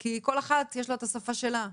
כי כל אחת יש לה את השפה שלה.